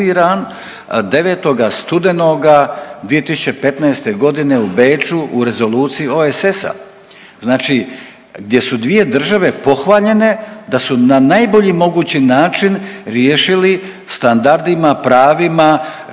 9. studenog 2015. godine u Beču u Rezoluciji OESS-a. Znači gdje su dvije države pohvaljene da su na najbolji mogući način riješili standardima, pravima